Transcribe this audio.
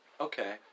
Okay